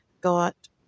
got